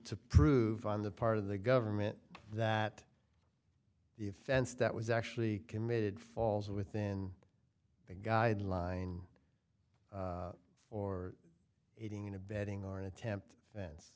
to prove on the part of the government that the offense that was actually committed falls within the guideline or aiding and abetting or an attempt fence